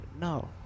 no